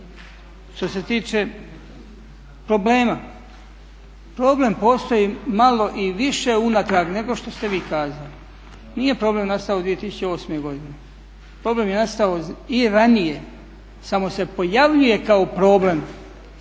Što se tiče problema, problem postoji malo i više unatrag nego što ste vi kazali. Nije problem nastao 2008. godine, problem je nastao i ranije samo se pojavljuje kao problem.